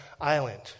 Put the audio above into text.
island